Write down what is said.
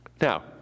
Now